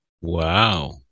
Wow